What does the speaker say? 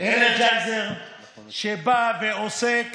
אנרג'ייזר שבא ועושה,